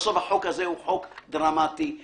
בסוף החוק הזה הוא חוק דרמטי, חשוב,